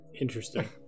Interesting